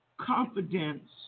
confidence